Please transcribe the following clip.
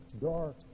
dark